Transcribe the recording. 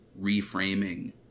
reframing